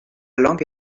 langue